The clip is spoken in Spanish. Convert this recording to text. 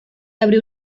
abrió